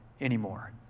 anymore